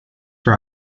for